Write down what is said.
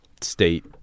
state